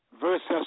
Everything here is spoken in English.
versus